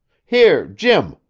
here, jim!